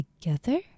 together